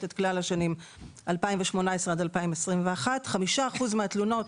את כלל השנים 2018 עד 2021. 5% מהתלונות